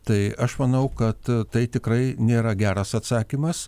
tai aš manau kad tai tikrai nėra geras atsakymas